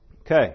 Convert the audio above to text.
Okay